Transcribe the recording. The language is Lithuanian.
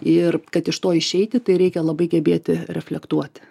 ir kad iš to išeiti tai reikia labai gebėti reflektuoti